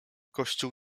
kościół